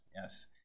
Yes